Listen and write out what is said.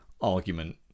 argument